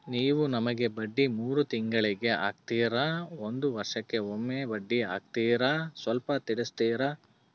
ನೀವು ನಮಗೆ ಬಡ್ಡಿ ಮೂರು ತಿಂಗಳಿಗೆ ಹಾಕ್ತಿರಾ, ಒಂದ್ ವರ್ಷಕ್ಕೆ ಒಮ್ಮೆ ಬಡ್ಡಿ ಹಾಕ್ತಿರಾ ಸ್ವಲ್ಪ ತಿಳಿಸ್ತೀರ?